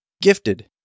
gifted